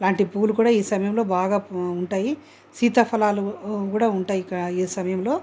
లాంటి పువ్వులు కూడా ఈ సమయంలో బాగా ఉంటాయి సీతాఫలాలు కూడా ఉంటాయి ఇక్కడ ఈ సమయంలో